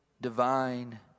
divine